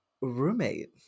roommate